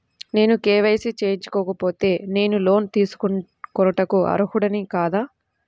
నేను కే.వై.సి చేయించుకోకపోతే నేను లోన్ తీసుకొనుటకు అర్హుడని కాదా?